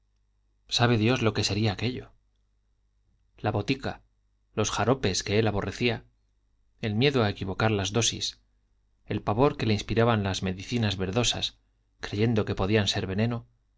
sabe dios lo que sería aquello la botica los jaropes que él aborrecía el miedo a equivocar las dosis el pavor que le inspiraban las medicinas verdosas creyendo que podían ser veneno